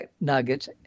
nuggets –